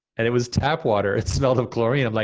and it was tap water. it smelled of chlorine. like